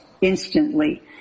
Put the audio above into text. instantly